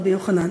רבי יוחנן.